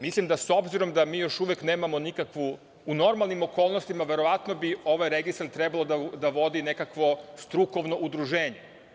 Mislim da s obzirom da mi još uvek nemamo nikakvu, u normalnim okolnostima verovatno bi ovaj registar trebalo da vodi nekakvo strukovno udruženje.